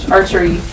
Archery